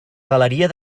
galeria